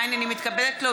נתקבלה.